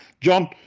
John